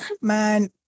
man